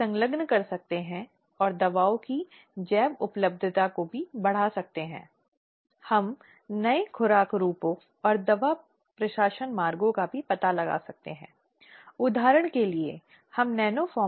अब इस संबंध में एक पीड़िता के लिए जो चीजें जानना जरूरी है जिसे हम पिछले व्याख्यान में संबोधित करने की कोशिश करते हैं वह है विरोध और उत्पीड़न के खिलाफ बोलना